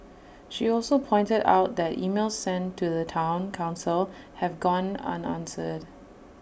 she also pointed out that emails sent to the Town Council have gone unanswered